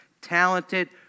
talented